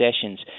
sessions